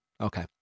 okay